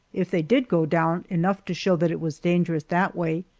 if they did go down enough to show that it was dangerous that way,